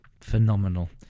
phenomenal